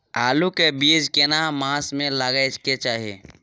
आलू के बीज केना मास में लगाबै के चाही?